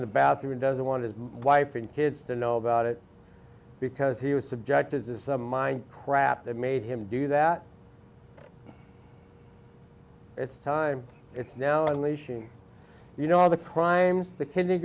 in the bathroom and doesn't want his wife and kids to know about it because he was subjected to some mind crap that made him do that it's time it's now unleashing you know all the crimes the ki